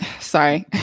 Sorry